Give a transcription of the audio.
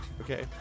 okay